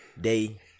day